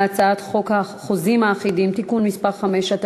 הצעת חוק החוזים האחידים (תיקון מס' 5),